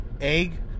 egg